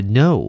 no